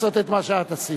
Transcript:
לעשות את מה שאת עשית.